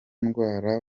ndwara